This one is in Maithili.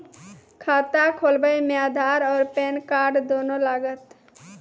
खाता खोलबे मे आधार और पेन कार्ड दोनों लागत?